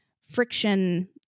friction